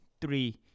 three